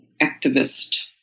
activist